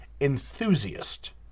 enthusiast